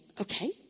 okay